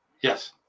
Yes